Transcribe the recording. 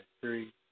three